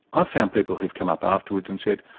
i've found people who've come up afterwards and said,